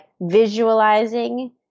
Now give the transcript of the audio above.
visualizing